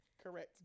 Correct